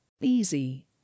Easy